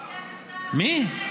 מי?